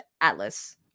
Atlas